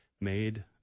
made